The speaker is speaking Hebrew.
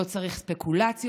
לא צריך ספקולציות,